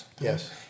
Yes